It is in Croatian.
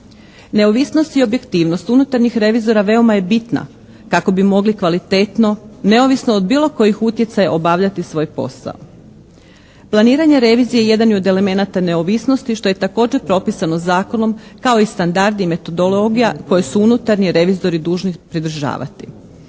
Neovisnost i objektivnost unutarnjih revizora veoma je bitna kako bi mogli kvalitetno, neovisno od bilo kojih utjecaja obavljati svoj posao. Planiranje revizije jedan je od elemenata neovisnosti što je također propisano zakonom kao i standardi i metodologija koje su unutarnji revizori dužni pridržavati.